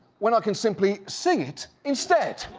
when i can simply sing it instead?